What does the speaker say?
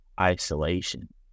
isolation